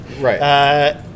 Right